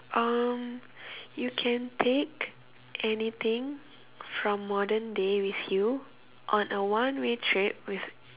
um you can take anything from modern day with you on a one way trip with